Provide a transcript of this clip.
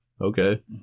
Okay